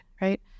right